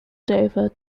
dover